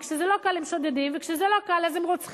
כשזה לא קל, הם שודדים, כשזה לא קל, אז הם רוצחים.